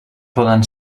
poden